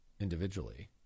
individually